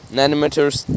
nanometers